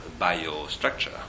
biostructure